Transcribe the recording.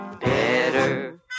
better